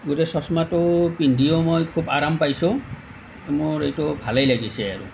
গতিকে চশমাটো পিন্ধিও মই খুব আৰাম পাইছোঁ মোৰ এইটো ভালেই লাগিছে আৰু